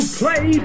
play